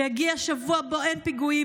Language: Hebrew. שיגיע שבוע שבו אין פיגועים,